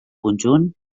conjunt